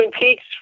Peaks